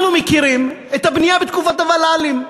אנחנו מכירים את הבנייה בתקופת הוול"לים.